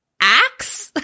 axe